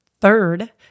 third